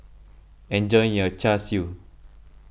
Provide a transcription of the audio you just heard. enjoy your Char Siu